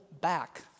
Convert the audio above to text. back